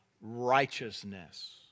righteousness